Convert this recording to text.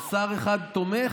אז שר אחד תומך,